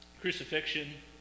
Crucifixion